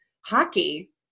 hockey